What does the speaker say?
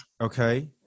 Okay